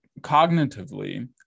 cognitively